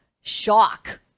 shock